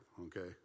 okay